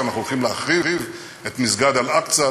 שאנחנו הולכים להחריב את מסגד אל-אקצא,